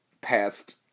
past